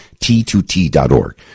T2T.org